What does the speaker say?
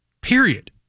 period